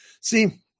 See